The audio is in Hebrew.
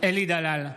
אלי דלל,